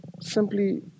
simply